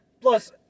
Plus